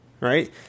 right